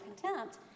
contempt